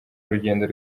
urugendo